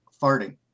farting